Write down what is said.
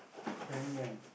then when